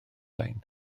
lein